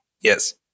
Yes